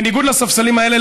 בניגוד לספסלים האלה,